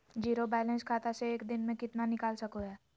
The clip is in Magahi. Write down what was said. जीरो बायलैंस खाता से एक दिन में कितना निकाल सको है?